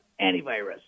antivirus